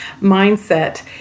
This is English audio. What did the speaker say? mindset